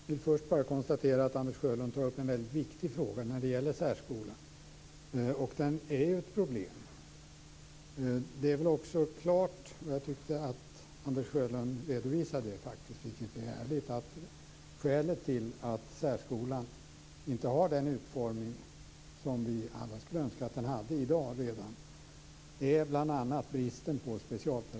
Herr talman! Jag vill först bara konstatera att Anders Sjölund tar upp en viktig fråga - särskolan. Den är ett problem. Skälet till att särskolan inte har den utformning som vi alla skulle önska att den hade redan i dag är bl.a. bristen på specialpedagoger. Det är självklart, och det tyckte jag också att Anders Sjölund redovisade, vilket var ärligt.